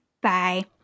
Bye